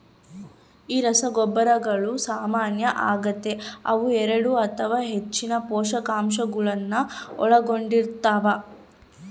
ಈ ರಸಗೊಬ್ಬರಗಳು ಸಾಮಾನ್ಯ ಆಗತೆ ಅವು ಎರಡು ಅಥವಾ ಹೆಚ್ಚಿನ ಪೋಷಕಾಂಶಗುಳ್ನ ಒಳಗೊಂಡಿರ್ತವ